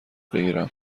بگیرم